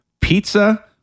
pizza